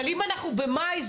אבל אם אנחנו במאי,